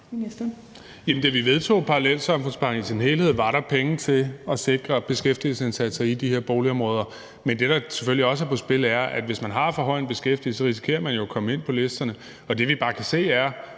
Da vi vedtog parallelsamfundspakken i sin helhed, var der penge til at sikre beskæftigelsesindsatser i de her boligområder. Men det, der selvfølgelig også er på spil, er, at hvis man har for høj en beskæftigelse, så risikerer man jo at komme ind på listerne. Og det, vi bare kan se, er